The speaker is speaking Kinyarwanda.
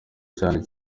cyane